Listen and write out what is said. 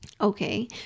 Okay